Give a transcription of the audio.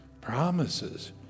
promises